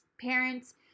parents